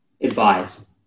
advise